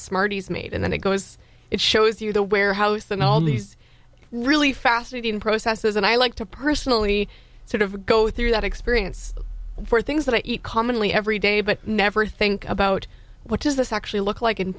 smarties made and then it goes it shows you the warehouse and all these really fascinating processes and i like to personally sort of go through that experience for things that i eat commonly every day but never think about what does this actually look like